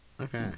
Okay